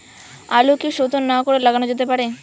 আলু কি শোধন না করে লাগানো যেতে পারে?